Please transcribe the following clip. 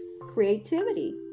creativity